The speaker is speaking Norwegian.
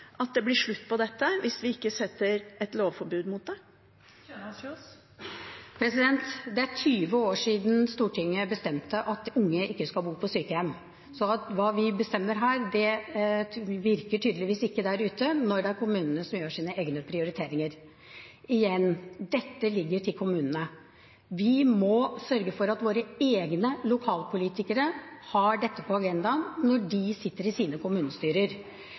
at det blir slutt på dette hvis vi ikke setter et lovforbud mot det? Det er 20 år siden Stortinget bestemte at unge ikke skal bo på sykehjem, så hva vi bestemmer her, virker tydeligvis ikke når det er kommunene som gjør sine egne prioriteringer. Igjen: Dette ligger til kommunene. Vi må sørge for at våre egne lokalpolitikere har dette på agendaen når de sitter i